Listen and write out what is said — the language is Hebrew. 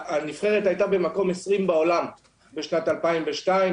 הנבחרת הייתה במקום 20 בעולם בשנת 2002,